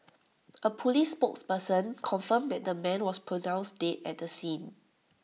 A Police spokesperson confirmed that the man was pronounced dead at the scene